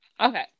Okay